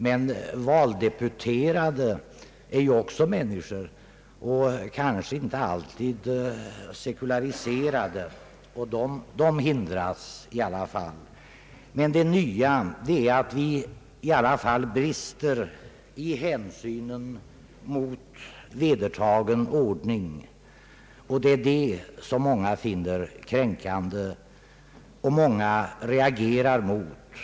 Men valdeputerade är ju också människor, kanske inte alltid sekulariserade, och de hindras i alla fall att besöka gudstjänsten. Det nya är att vi brister i hänsyn mot vedertagen ordning. Det är det som många finner kränkande och reagerar mot.